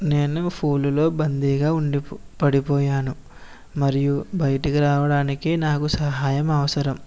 నేను ఫూలులో బందీగా ఉండి పడిపోయాను మరియు బయటకు రావడానికి నాకు సహాయం అవసరం